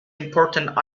important